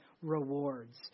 rewards